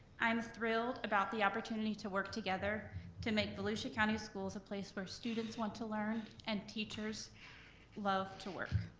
i'm thrilled about the opportunity to work together to make volusia county schools a place where students want to learn and teachers love to work.